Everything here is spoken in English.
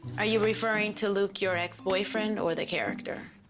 are you referring to luke your ex-boyfriend, or the character?